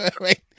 right